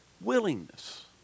willingness